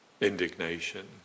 Indignation